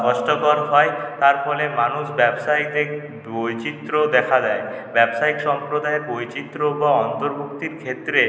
কষ্টকর হয় তার ফলে মানুষ ব্যবসায়ীতে বৈচিত্র্য দেখা দেয় ব্যবসায়ীক সম্প্রদায় বৈচিত্র্য বা অন্তর্ভুক্তির ক্ষেত্রে